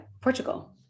Portugal